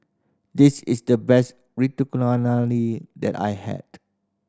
this is the best that I had